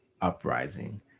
uprising